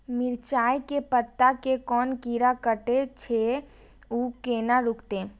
मिरचाय के पत्ता के कोन कीरा कटे छे ऊ केना रुकते?